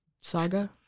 Saga